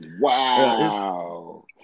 wow